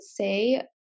say